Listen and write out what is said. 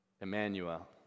Emmanuel